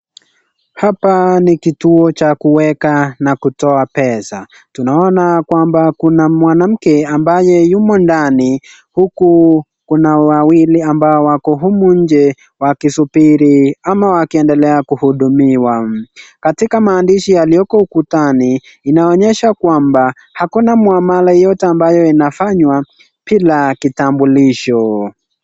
Hapa ni kituo cha kutoa na kuweka pesa. Tunaona kwamba Kuna mwanamke ambaye yumo ndani. Huku Kuna wawili ambao wako humu nje wakisubiri ama wakiendelea kuhudumiwa. Katika maandishi yaliyoko ukutani inaonyesha kwamba hakuna mwama yeyote ambayo inafanywa bila kitambulisho.